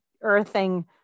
earthing